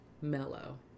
mellow